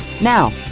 Now